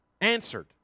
Answered